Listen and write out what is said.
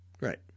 Right